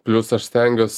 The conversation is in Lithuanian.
plius aš stengiuos